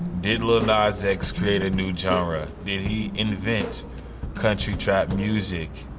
did lil nas x create a new genre? did he invent country trap music?